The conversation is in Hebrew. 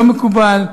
לא מקובל,